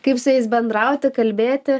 kaip su jais bendrauti kalbėti